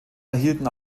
erhielten